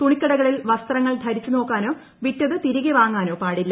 തുണിക്കടകളിൽ വസ്ത്രങ്ങൾ ധരിച്ച് നോക്കുവാനോ വിറ്റത് തിരികെ വാങ്ങുവാനോ പാടില്ല